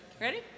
ready